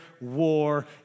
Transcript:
war